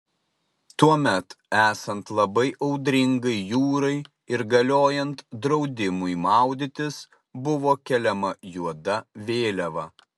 tuomet esant labai audringai jūrai ir galiojant draudimui maudytis buvo keliama juoda vėliava